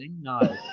no